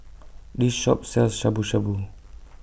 This Shop sells Shabu Shabu